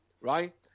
right